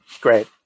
great